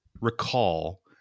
recall